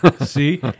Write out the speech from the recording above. See